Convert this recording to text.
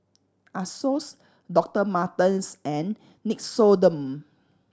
Asos Doctor Martens and Nixoderm